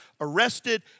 arrested